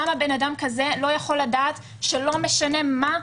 למה בן אדם כזה לא יכול לדעת שלא משנה מה,